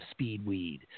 SpeedWeed